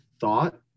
thought